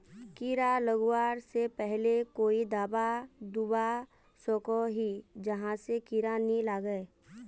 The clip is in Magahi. कीड़ा लगवा से पहले कोई दाबा दुबा सकोहो ही जहा से कीड़ा नी लागे?